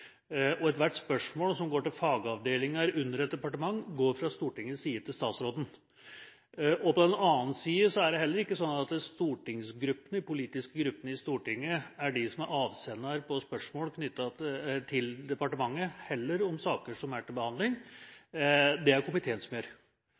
og regjering. Stortinget kjenner bare statsråden. Ethvert spørsmål som går til fagavdelinger under et departement, går fra Stortingets side til statsråden. På den annen side er det heller ikke sånn at de politiske gruppene i Stortinget er avsendere av spørsmål til departementet – heller ikke om saker som er til behandling.